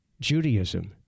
Judaism